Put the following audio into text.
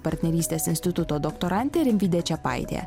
partnerystės instituto doktorantė rimvydė čepaitė